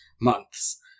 months